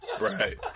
right